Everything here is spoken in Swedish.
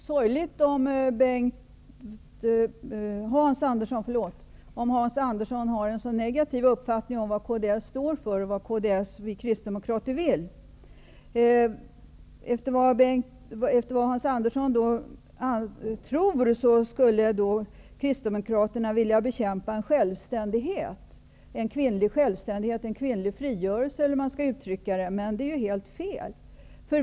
Herr talman! Det är sorgligt om Hans Andersson har en så negativ uppfattning om vad Kds står för och vad vi kristdemokrater vill. Efter vad Hans Andersson tror skulle kristdemokraterna vilja bekämpa kvinnans självständighet och frigörelse, eller hur man skall uttrycka det, men det är helt fel.